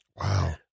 Wow